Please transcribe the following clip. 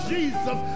Jesus